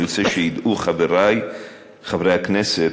אני רוצה שידעו חברי חברי הכנסת,